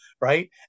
Right